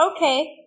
okay